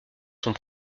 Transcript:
sont